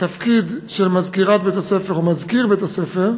שתפקיד של מזכירת בית-הספר או מזכיר בית-הספר,